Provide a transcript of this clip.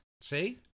See